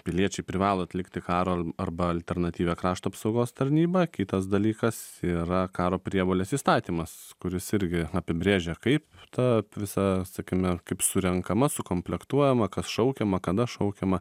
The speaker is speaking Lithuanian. piliečiai privalo atlikti karo al arba alternatyvią krašto apsaugos tarnybą kitas dalykas yra karo prievolės įstatymas kuris irgi apibrėžia kaip ta visa sakime kaip surenkama sukomplektuojama kas šaukiama kada šaukiama